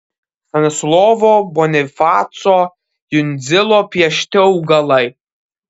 stanislovo bonifaco jundzilo piešti augalai